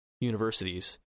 universities